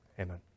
Amen